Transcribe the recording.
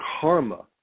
karma